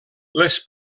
les